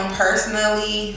personally